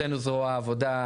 בהיותנו זרוע העבודה,